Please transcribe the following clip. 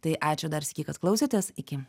tai ačiū dar sykį kad klausėtės iki